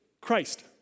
Christ